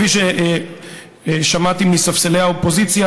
כפי ששמעתי מספסלי האופוזיציה,